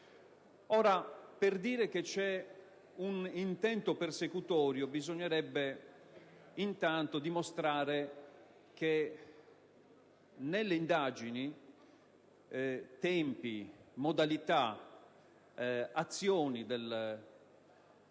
Per sostenere che vi è un intento persecutorio, bisognerebbe innanzi tutto dimostrare che nelle indagini tempi, modalità ed azioni dei